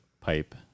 pipe